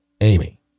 Amy